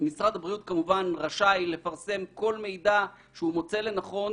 משרד הבריאות רשאי כמובן לפרסם כל מידע שהוא מוצא לנכון.